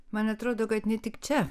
man atrodo kad ne tik čia